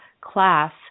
class